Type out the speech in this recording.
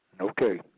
Okay